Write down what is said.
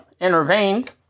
intervened